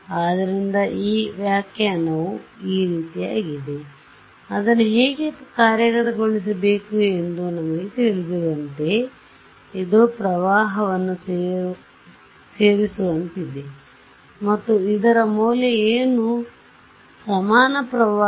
ಆದ್ದರಿಂದ ಈ ವ್ಯಾಖ್ಯಾನವು ಈ ರೀತಿಯಾಗಿದೆ ಅದನ್ನು ಹೇಗೆ ಕಾರ್ಯಗತಗೊಳಿಸಬೇಕು ಎಂದು ನಮಗೆ ತಿಳಿದಿರುವಂತೆಯೇ ಇದು ಪ್ರವಾಹವನ್ನು ಸೇರಿಸುವಂತಿದೆ ಮತ್ತು ಇದರ ಮೌಲ್ಯ ಏನು ಸಮಾನ ಪ್ರವಾಹ